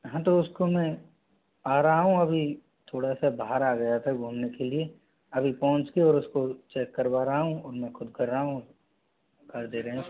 हाँ तो उसको मैं आ रहा हूँ अभी थोड़ा सा बाहर आ गया था घूमने के लिए अभी पहुँच के और उसको चेक करवा रहा हूँ और मैं खुद कर रहा हूँ कर दे रहे हैं उसको सही